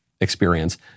experience